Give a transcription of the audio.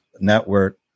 Network